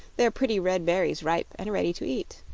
their pretty red berries ripe and ready to eat.